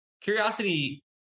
curiosity